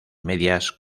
medias